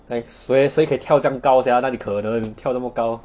like 谁谁可以跳这样高 sia 哪里可能跳那么高